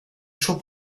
choix